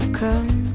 come